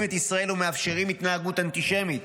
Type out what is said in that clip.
את ישראל ומאפשרים התנהגות אנטישמית,